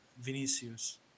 Vinicius